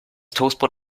toastbrot